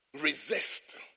resist